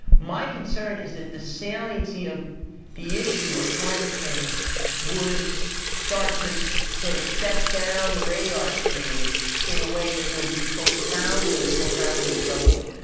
my concern is that the saliency of the issue of climate change would start to so sort of step down the radar screen in a way that would be profoundly, profoundly troubling.